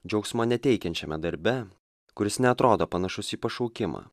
džiaugsmo neteikiančiame darbe kuris neatrodo panašus į pašaukimą